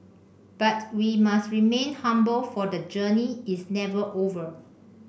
but we must remain humble for the journey is never over